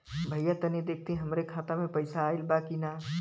भईया तनि देखती हमरे खाता मे पैसा आईल बा की ना?